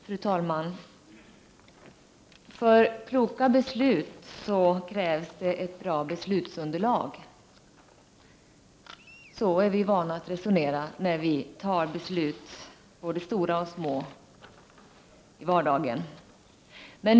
Fru talman! För kloka beslut krävs det ett bra beslutsunderlag. Vi är vana att resonera på det sättet när vi i vardagen fattar beslut, både stora och små sådana.